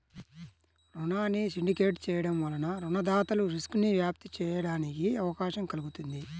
రుణాన్ని సిండికేట్ చేయడం వలన రుణదాతలు రిస్క్ను వ్యాప్తి చేయడానికి అవకాశం కల్గుతుంది